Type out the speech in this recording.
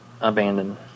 abandoned